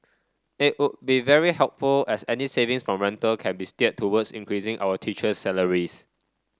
it would be very helpful as any savings from rental can be steered towards increasing our teacher's salaries